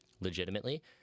legitimately